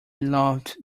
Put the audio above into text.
loved